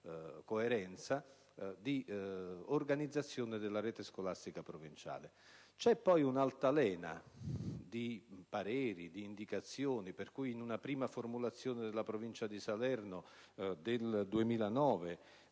poi un'altalena di pareri e di indicazioni: in una prima formulazione della Provincia di Salerno del 2009,